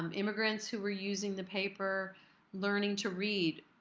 um immigrants who were using the paper learning to read.